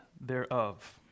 thereof